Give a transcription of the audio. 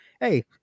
Hey